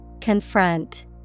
Confront